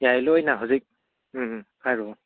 ꯌꯥꯏ ꯂꯣꯏꯅ ꯍꯧꯖꯤꯛ ꯎꯝ ꯍꯥꯏꯔꯛꯑꯣ